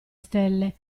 stelle